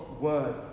word